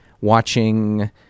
watching